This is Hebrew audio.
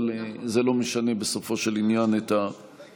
אבל זה לא משנה, בסופו של עניין, את ההחלטה.